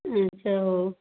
ଆଚ୍ଛା ହଉ